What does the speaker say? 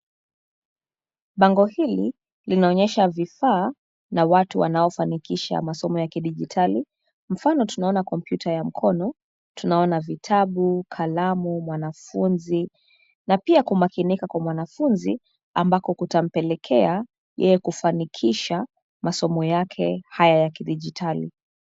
Bango hili linaonyesha vifaa na watu wanaofanikisha masomo ya kidigitali. Mfano tunaona kompyuta ya mkono, tunaona vitabu, kalamu, mwanafunzi. Na pia kumakinika kwa mwanafunzi ambako kutampelekea yeye kufanikisha masomo yake haya ya kidigitali.